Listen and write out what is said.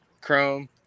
chrome